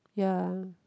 ya